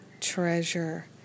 treasure